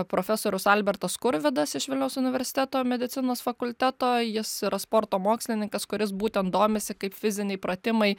profesorius albertas skurvydas iš vilniaus universiteto medicinos fakulteto jis yra sporto mokslininkas kuris būtent domisi kaip fiziniai pratimai